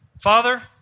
Father